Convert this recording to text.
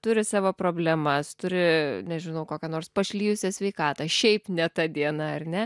turi savo problemas turi nežinau kokią nors pašlijusią sveikatą šiaip ne ta diena ar ne